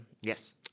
Yes